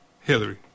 Hillary